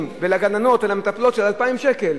ולגננות ולמטפלות תוספת של 2,000 שקל.